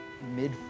mid